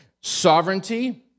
sovereignty